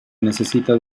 necesita